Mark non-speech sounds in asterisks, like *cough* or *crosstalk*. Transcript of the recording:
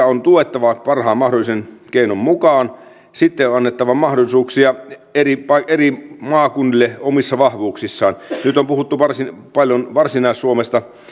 *unintelligible* on tuettava parhaan mahdollisen keinon mukaan sitten on annettava mahdollisuuksia eri eri maakunnille omissa vahvuuksissaan nyt on puhuttu varsin paljon varsinais suomesta